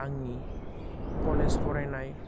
आंनि कलेज फरायनाय